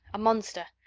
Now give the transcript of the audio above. a monster.